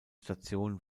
station